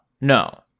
no